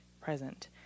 present